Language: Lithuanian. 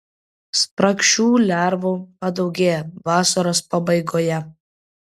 spragšių lervų padaugėja vasaros pabaigoje